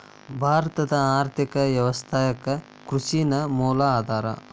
ಭಾರತದ್ ಆರ್ಥಿಕ ವ್ಯವಸ್ಥಾಕ್ಕ ಕೃಷಿ ನ ಮೂಲ ಆಧಾರಾ